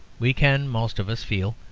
we can most of us feel,